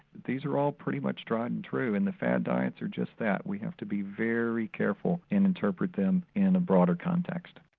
these are all pretty much tried and true and the fad diets are just that we have to be very careful and interpret them in a broader context.